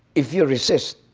if you resist,